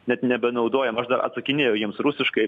net nebenaudojam aš dar atsakinėju jiems rusiškai